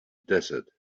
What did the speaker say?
desert